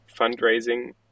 Fundraising